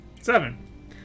Seven